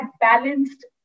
balanced